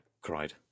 cried